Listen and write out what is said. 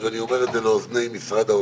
ולא על המחצית השנייה של